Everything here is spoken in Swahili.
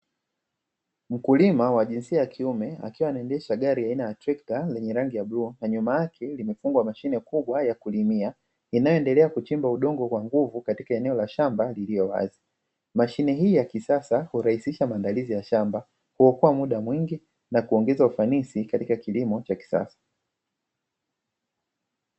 Mkulima wa jinsia ya kiume akiwa anaendesha gari aina ya trekta lenye rangi ya bluu na nyuma yake imefungwa mashine kubwa ya kulimia inayoendelea kuchimba udongo katika eneo la shamba lililo wazi, mashine hii ya kisasa hurahisisha maandalizi ya shamba, huokoa muda mwingi na huongeza ufanisi katika kilimo cha kisasa.